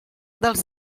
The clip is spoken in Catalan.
dels